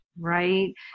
right